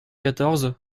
quatorze